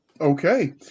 Okay